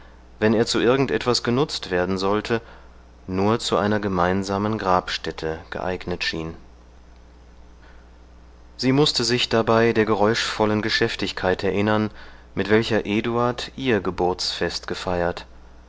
wenn er zu irgend etwas genutzt werden sollte nur zu einer gemeinsamen grabstätte geeignet schien sie mußte sich dabei der geräuschvollen geschäftigkeit erinnern mit welcher eduard ihr geburtsfest gefeiert